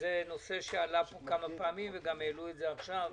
שזה נושא שעלה פה כמה פעמים וגם העלו אותו עכשיו.